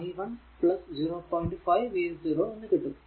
5 v0 എന്ന് കിട്ടും